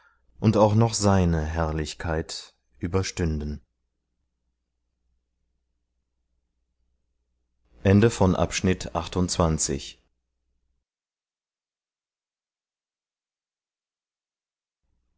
und auch noch seine herrlichkeit überstünden